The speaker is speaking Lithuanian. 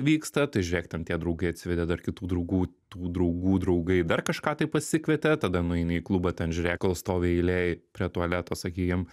vyksta tai žiūrėk ten tie draugai atsivedė dar kitų draugų tų draugų draugai dar kažką tai pasikvietė tada nueini į klubą ten žiūrėk kol stovi eilėj prie tualeto sakykim